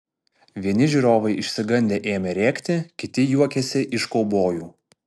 vieni žiūrovai išsigandę ėmė rėkti kiti juokėsi iš kaubojų